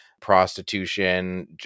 prostitution